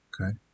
Okay